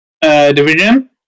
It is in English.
division